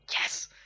Yes